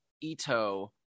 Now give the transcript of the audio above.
Ito